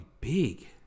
big